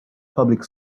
public